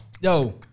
Yo